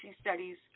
studies